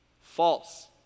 False